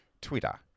Twitter